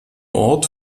ort